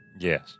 Yes